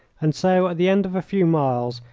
and so at the end of a few miles,